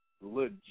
legit